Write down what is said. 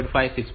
5 6